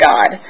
God